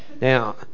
now